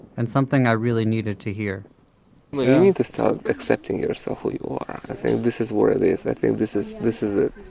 and something i really needed to hear you need to start accepting yourself, who you are. i think this is where it is. i think this is this is it.